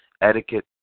etiquette